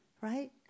right